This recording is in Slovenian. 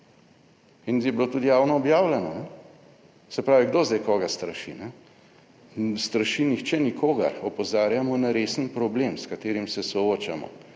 in je bilo tudi javno objavljeno. Se pravi, kdo zdaj koga straši? Ne straši nihče nikogar, opozarjamo na resen problem s katerim se soočamo,